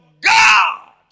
God